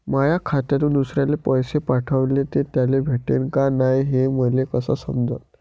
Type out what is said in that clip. माया खात्यातून दुसऱ्याले पैसे पाठवले, ते त्याले भेटले का नाय हे मले कस समजन?